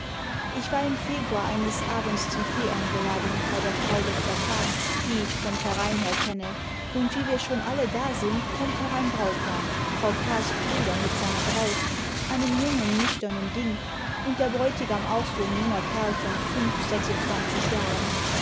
ich war im februar eines abends zum tee eingeladen bei der frau dr k die ich vom verein her kenne md wie wir schon alle da sind kommt noch ein brautpaar frau k s bruder mit seiner braut einem jungen nüchternen ding md der bräutigam auch so a jimger kerl von fünf sechsimdzwanzig jahren